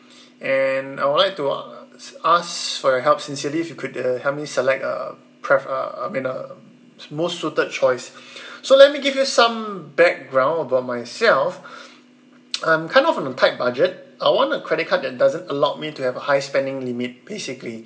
and I would like to ask for your help sincerely if you could uh help me select a pref~ uh I mean a most suited choice so let me give you some background about myself I'm kind of on a tight budget I want a credit card that doesn't allow me to have a high spending limit basically